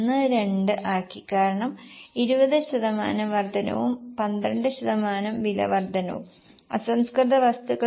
12 ആക്കി കാരണം 20 ശതമാനം വർദ്ധനവും 12 ശതമാനം വില വർദ്ധനയും അസംസ്കൃത വസ്തുക്കൾ 1